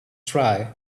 dry